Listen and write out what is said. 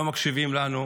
לא מקשיבים לנו,